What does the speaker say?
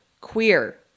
queer